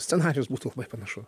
scenarijus būtų panašu